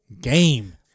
game